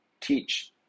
teach